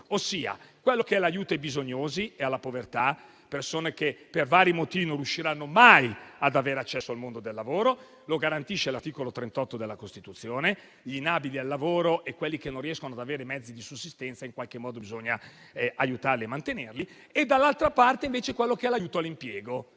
in due parti: l'aiuto ai bisognosi e alla povertà, a persone che per vari motivi non riusciranno mai ad avere accesso al mondo del lavoro (lo garantisce l'articolo 38 della Costituzione: gli inabili al lavoro e quelli che non riescono ad avere mezzi di sussistenza in qualche modo bisogna aiutarli e mantenerli), e l'aiuto all'impiego.